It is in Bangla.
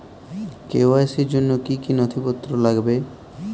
কে.ওয়াই.সি র জন্য কি কি নথিপত্র লাগবে?